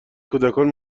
کودکان